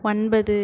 ஒன்பது